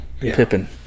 Pippin